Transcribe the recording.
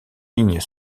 lignes